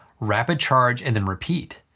rapid charge, and then repeat.